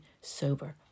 Sober